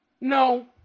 No